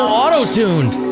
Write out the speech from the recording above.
auto-tuned